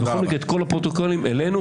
בכל מקרה, את כל הפרוטוקולים אלינו.